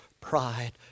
pride